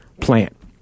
plant